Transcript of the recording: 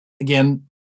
again